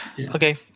Okay